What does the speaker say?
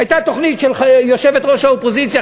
הייתה תוכנית של יושבת-ראש האופוזיציה,